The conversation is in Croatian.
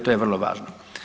To je vrlo važno.